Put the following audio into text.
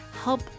help